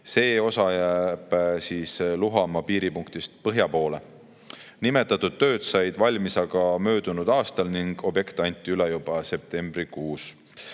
See osa jääb Luhamaa piiripunktist põhja poole. Nimetatud tööd said valmis aga möödunud aastal ning objekt anti üle juba septembrikuus.